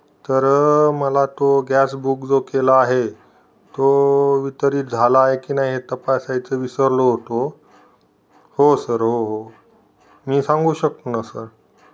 तर मला तो गॅस बुक जो केला आहे तो वितरित झाला आहे की नाही हे तपासायचं विसरलो होतो हो सर हो हो मी सांगू शकतो ना सर